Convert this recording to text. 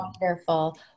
wonderful